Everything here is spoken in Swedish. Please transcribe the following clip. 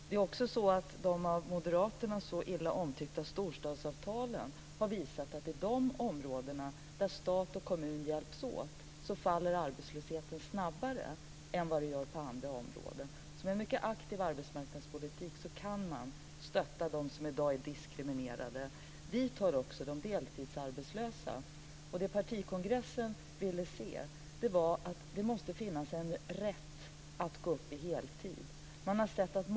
De av moderaterna så illa omtyckta storstadsavtalen har visat att i de områden där stat och kommun hjälps åt faller arbetslösheten snabbare än i andra områden. Med en aktiv arbetsmarknadspolitik går det att stötta dem som i dag är diskriminerade. Dit hör också de deltidsarbetslösa. Partikongressen vill se att det finns en rätt att gå upp till heltidsarbete.